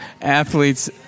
athletes